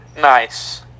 nice